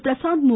பிரசாந்த் மூ